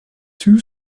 two